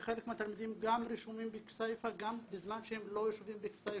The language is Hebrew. שחלק מהתלמידים רשומים בכסיפה גם בזמן שהם לא רשומים בכסיפה,